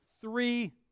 three